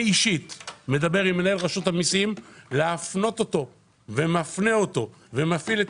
אני אישית מדבר עם מנהל רשות המיסים להפנות אותו ומפנה אותו ומפעיל את